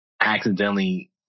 accidentally